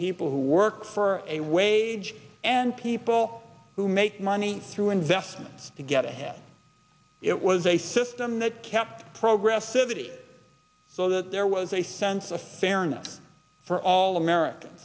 people who work for a wage and people who make money through investments to get ahead it was a system that kept progress city so that there was a sense of fairness for all americans